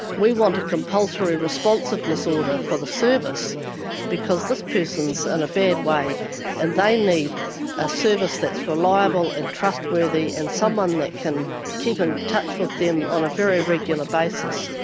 we want a compulsory responsiveness order for the service because this person is in and a bad way and they need a service that's reliable and trustworthy and someone that can keep in touch with them on a very regular basis.